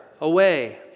away